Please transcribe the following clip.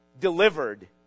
delivered